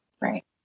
Right